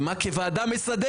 וזה יגיע למסדרת,